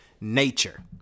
Nature